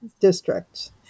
districts